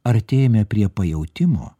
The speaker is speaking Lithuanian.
artėjame prie pajautimo